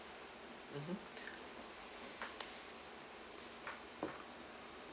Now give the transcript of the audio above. mmhmm